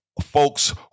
folks